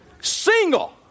single